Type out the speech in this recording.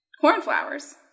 cornflowers